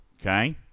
Okay